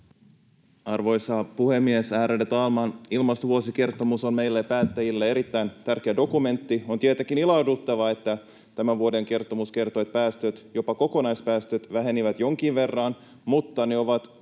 Arvoisa puhemies, ärade talman! Ilmastovuosikertomus on meille päättäjille erittäin tärkeä dokumentti. On tietenkin ilahduttavaa, että tämän vuoden kertomus kertoo, että päästöt, jopa kokonaispäästöt, vähenivät jonkin verran, mutta ne ovat kuitenkin